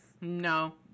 no